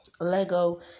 Lego